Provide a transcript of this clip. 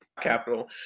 capital